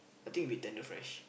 I think it will be tenderfresh